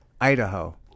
Idaho